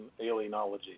alienology